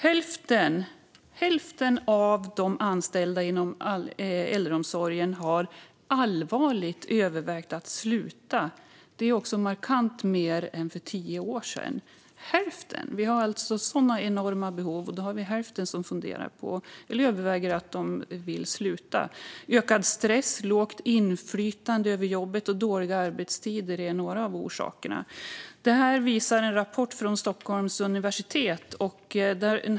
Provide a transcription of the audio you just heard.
Hälften av de anställa inom äldreomsorgen har allvarligt övervägt att sluta. Det är också markant mer än för tio år sedan. Vi har sådana enorma behov, och hälften överväger att sluta. Ökad stress, lågt inflytande över jobbet och dåliga arbetstider är några av orsakerna Det visar en rapport från Stockholms universitet.